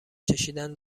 چشیدن